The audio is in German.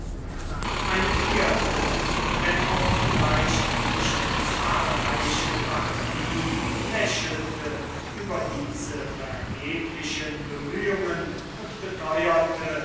eine vierte wenn auch vielleicht nicht zahlreiche partie lächelte über diese vergeblichen bemühungen und beteuerte